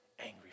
angry